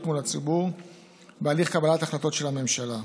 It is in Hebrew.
מול הציבור בהליך קבלת ההחלטות של הממשלה,